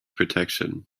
protection